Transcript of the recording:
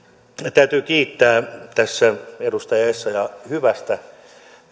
täytyy kiittää tässä edustaja essayaha hyvästä